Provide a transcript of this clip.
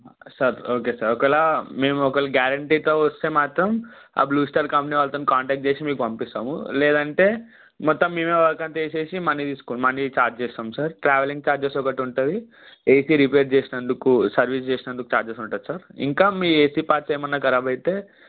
sir okay sir ఒకవేళ మేము ఒకవేళ గ్యారంటీగా వస్తే మాత్రం ఆ బ్లూ స్టార్ కంపెనీ వాళ్ళతో కాంటాక్ట్ చేసి మీకు పంపిస్తాము లేదంటే మొత్తం మేమే వర్క్ అంతా చేసి మనీ తీసుకుం మనీ ఛార్జ్ చేస్తాం సార్ ట్రావెలింగ్ ఛార్జెస్ ఒకటి ఉంటుంది ఏసీ రిపేర్ చేసినందుకు సర్వీస్ చేనందుకు ఛార్జెస్ ఉంటుంది సార్ ఇంకా మీ ఏసీ పార్ట్స్ ఏమన్న కరాబ్ అయితే